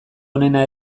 onena